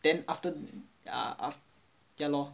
then after ya af~ ya lor